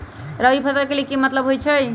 रबी फसल के की मतलब होई छई?